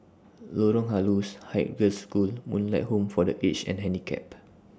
Lorong Halus Haig Girls' School and Moonlight Home For The Aged and Handicapped